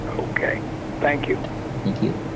okay thank you thank you.